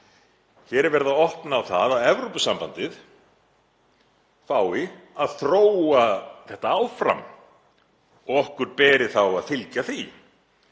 Hér er verið að opna á það að Evrópusambandið fái að þróa þetta áfram og okkur beri þá að fylgja því,